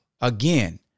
again